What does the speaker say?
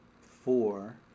four